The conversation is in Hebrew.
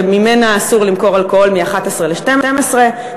שממנה אסור למכור אלכוהול מ-23:00 ל-24:00.